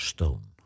Stone